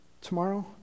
tomorrow